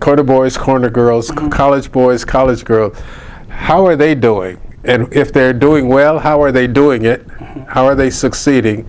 quota boys corner girls college boys college girls how are they doing and if they're doing well how are they doing it how are they succeeding